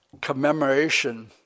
commemoration